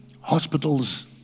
hospitals